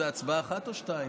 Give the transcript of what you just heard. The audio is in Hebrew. זו הצבעה אחת או שתיים?